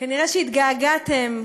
כנראה התגעגעתם.